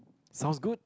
sounds good